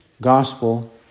gospel